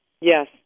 Yes